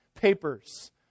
Papers